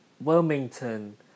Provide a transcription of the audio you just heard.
Wilmington